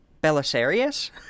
Belisarius